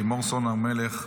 לימור סון הר מלך,